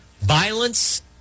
violence